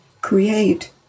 create